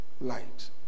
light